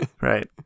right